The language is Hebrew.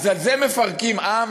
אז על זה מפרקים עם?